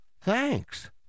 thanks